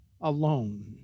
alone